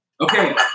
okay